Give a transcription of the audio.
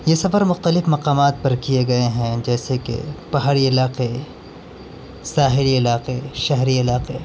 یہ سفر مختلف مقامات پر کئے گئے ہیں جیسے کہ پہاڑی علاقے ساحلی علاقے شہری علاقے